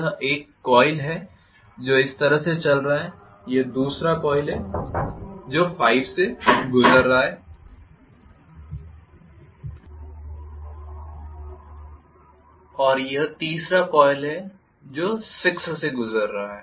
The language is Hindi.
यह एक कॉइल है जो इस तरह से चल रहा है यह दूसरा कॉइल है जो 5 से गुजर रहा है और यह तीसरा कॉइल है जो 6 से गुजर रहा है